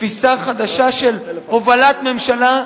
תפיסה חדשה של הובלת ממשלה,